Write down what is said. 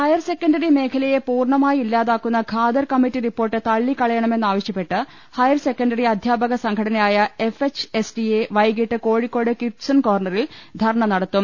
higher secondary മേഖലയെ പൂർണ്ണമായി ഇല്ലാതാക്കുന്ന ഖാദർ കമ്മിറ്റി റിപ്പോർട്ട് തള്ളിക്കളയണമെന്നാവശ്യപ്പെട്ട് ഹയർ സെക്കണ്ടറി അധ്യാപക സംഘടനയായ F H S T A വൈകീട്ട് കോഴിക്കോട് കിഡ്സൺ കോർണറിൽ ധർണ നടത്തും